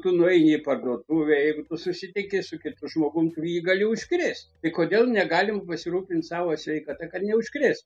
tu nueini į parduotuvę ir susitikęs su kitu žmogum tu jį gali užkrėst tai kodėl negalim pasirūpint savo sveikata kad neužkrėst